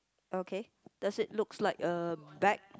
okay does it looks like a bag